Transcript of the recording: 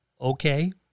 Okay